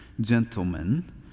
Gentlemen